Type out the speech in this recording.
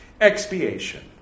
Expiation